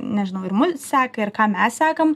nežinau ir mus seka ir ką mes sekam